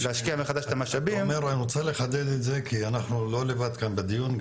אני רוצה לחדד את זה כי אנחנו לא לבד כאן בדיון.